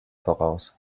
voraus